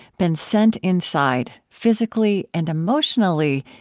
been sent inside physically and emotionally,